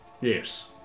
Yes